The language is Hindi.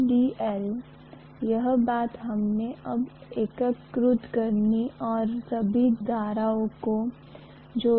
तो आइए हम इस इकाई को देखने का प्रयास करें हमने कहा कि B प्रवाह घनत्व है जिसका अर्थ है कि या तो इसे टेस्ला या फिर Wbm2 में व्यक्त किया जाना चाहिए और यह H मूल रूप से AmpTurn m होगा